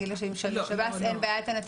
להגיד לה שלשב"ס אין בעיה מבחינת הנתון